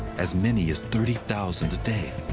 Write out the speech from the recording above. as many as thirty thousand a day.